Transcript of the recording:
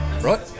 right